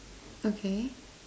okay